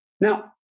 Now